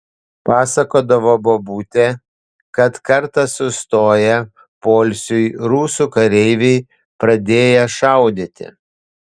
pasakodavo bobutė kad kartą sustoję poilsiui rusų kareiviai pradėję šaudyti